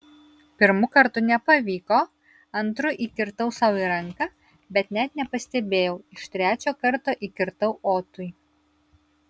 pirmu kartu nepavyko antru įkirtau sau į ranką bet net nepastebėjau iš trečio karto įkirtau otui